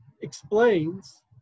explains